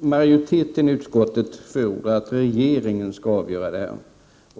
Majoriteten i utskottet förordar att regeringen skall avgöra ärendet.